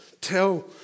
tell